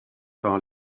par